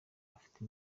afite